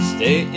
Stay